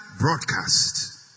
broadcast